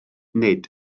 nid